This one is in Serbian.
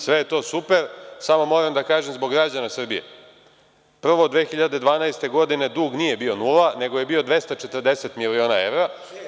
Sve je to super, samo moram da kažem, zbog građana Srbije da 2012. godine dug nije bio nula, nego je bio 240 miliona evra.